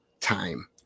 time